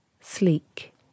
Sleek